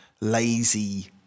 lazy